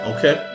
Okay